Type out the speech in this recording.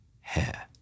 hair